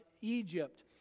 Egypt